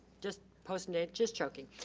just posting it, just joking.